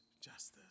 justice